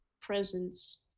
presence